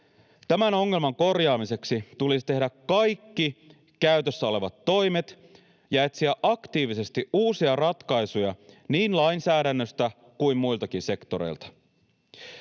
Tämän ongelman korjaamiseksi tulisi tehdä kaikki käytössä olevat toimet ja etsiä aktiivisesti uusia ratkaisuja niin lainsäädännöstä kuin muiltakin sektoreilta.